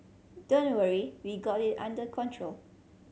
don't worry we've got it under control